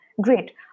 Great